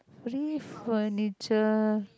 free furniture